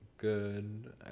good